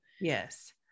yes